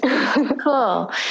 Cool